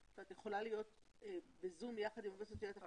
יכולה להיות ב-זום יחד עם עובדת סוציאלית אחרת.